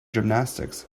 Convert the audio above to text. gymnastics